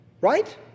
Right